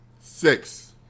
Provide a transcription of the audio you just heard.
six